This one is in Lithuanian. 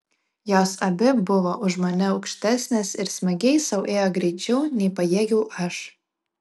jos abi buvo už mane aukštesnės ir smagiai sau ėjo greičiau nei pajėgiau aš